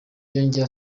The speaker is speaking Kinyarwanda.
yongeye